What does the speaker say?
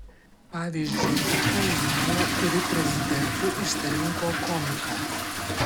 pavyzdžiui ukrainoje kuri prezidentu išsirinko komiką